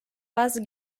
bazı